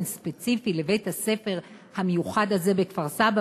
ספציפי לבית-הספר המיוחד הזה בכפר-סבא,